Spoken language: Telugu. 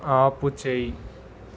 ఆపుచేయి